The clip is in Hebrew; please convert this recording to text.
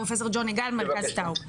פרופ' ג'וני גל מרכז טאוב.